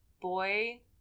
boy